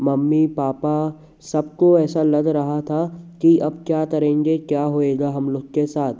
mummy papa सबको ऐसा लग रहा था कि अब क्या करेंगे क्या होएगा हम लोग के साथ